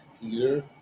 Peter